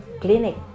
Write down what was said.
clinic